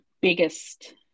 biggest